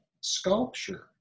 sculpture